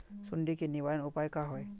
सुंडी के निवारण उपाय का होए?